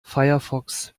firefox